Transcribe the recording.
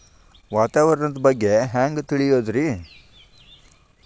ವಾತಾವರಣದ ಬಗ್ಗೆ ಹ್ಯಾಂಗ್ ತಿಳಿಯೋದ್ರಿ?